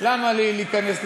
למה לי להיכנס לדיון?